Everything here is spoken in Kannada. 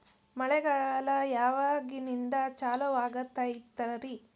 ಮಳೆಗಾಲ ಯಾವಾಗಿನಿಂದ ಚಾಲುವಾಗತೈತರಿ?